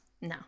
no